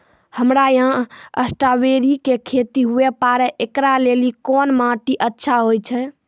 हमरा यहाँ स्ट्राबेरी के खेती हुए पारे, इकरा लेली कोन माटी अच्छा होय छै?